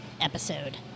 episode